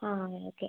ആ അങ്ങനെ ഓക്കെ